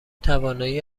توانایی